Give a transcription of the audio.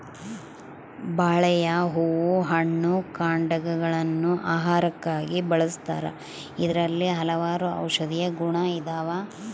ಬಾಳೆಯ ಹೂ ಹಣ್ಣು ಕಾಂಡಗ ಳನ್ನು ಆಹಾರಕ್ಕಾಗಿ ಬಳಸ್ತಾರ ಇದರಲ್ಲಿ ಹಲವಾರು ಔಷದಿಯ ಗುಣ ಇದಾವ